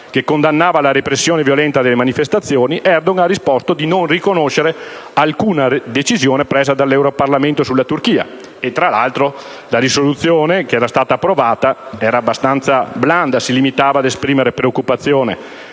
che condannava la repressione violenta delle manifestazioni, Erdogan ha affermato di non riconoscere alcuna decisione presa dall'Europarlamento sulla Turchia. Tra l'altro, la risoluzione che era stata approvata era abbastanza blanda e si limitava ad esprimere preoccupazione